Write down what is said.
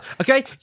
Okay